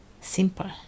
simple